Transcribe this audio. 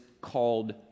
called